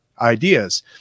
ideas